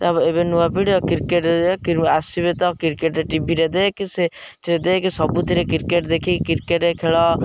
ଏବେ ନୂଆ ପିଢ଼ି କ୍ରିକେଟ୍ ଆସିବେ ତ କ୍ରିକେଟ୍ ଟିଭିରେ ଦେଖେ ସେଥିରେ ଦେଖେ ସବୁଥିରେ କ୍ରିକେଟ୍ ଦେଖିକି କ୍ରିକେଟ୍ ଖେଳ